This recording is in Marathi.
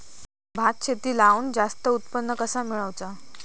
भात शेती लावण जास्त उत्पन्न कसा मेळवचा?